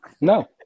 No